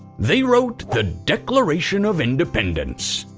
they wrote the declaration of independence,